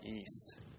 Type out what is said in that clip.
east